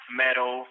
metal